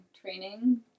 training